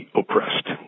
oppressed